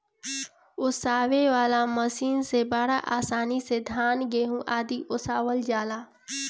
ओसावे वाला मशीन से बड़ा आसानी से धान, गेंहू आदि ओसावल जाला